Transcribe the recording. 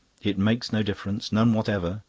it makes no difference, none whatever.